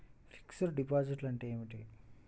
Fixed డిపాజిట్లు అంటే ఏమిటి?